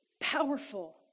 powerful